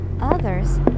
Others